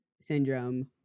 syndrome